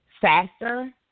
faster